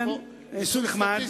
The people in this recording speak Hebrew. ניסוי סטטיסטי.